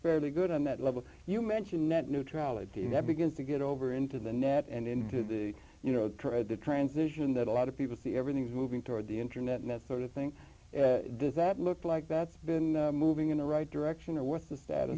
fairly good on that level you mentioned net neutrality and that begins to get over into the net and into the you know tread the transition that a lot of people see everything is moving toward the internet and that sort of thing does that look like that's been moving in the right direction or w